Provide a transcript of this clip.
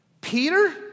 Peter